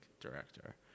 director